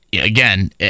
Again